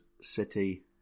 City